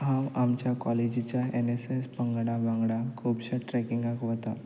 हांव आमच्या कॉलेजीच्या एन एस एस पंगडा वांगडा खुबशे ट्रॅकिंगाक वता